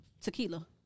tequila